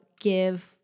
give